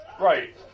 Right